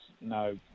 no